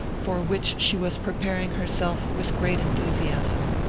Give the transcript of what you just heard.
for which she was preparing herself with great enthusiasm.